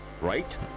right